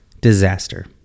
disaster